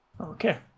Okay